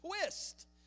twist